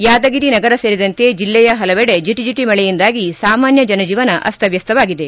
ಯಾದಗಿರಿ ನಗರ ಸೇರಿದಂತೆ ಜಿಲ್ಲೆಯ ಹಲವೆಡೆ ಜೆಟಿ ಜೆಟಿ ಮಳೆಯಿಂದಾಗಿ ಸಾಮಾನ್ಯ ಜನಜೀವನ ಅಸ್ತವ್ಲಸ್ತವಾಗಿದೆ